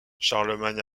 charlemagne